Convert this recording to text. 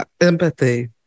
empathy